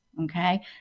okay